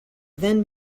then